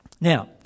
Now